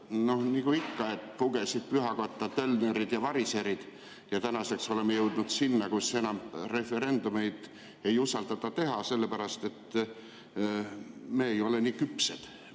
nagu ikka pühakotta tölnerid ja variserid. Tänaseks oleme jõudnud sinna, kus enam referendumeid ei usaldata teha, sellepärast et me ei ole nii küpsed.